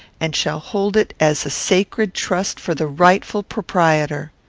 and shall hold it as a sacred trust for the rightful proprietor.